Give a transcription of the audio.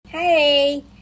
hey